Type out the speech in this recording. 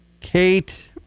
Kate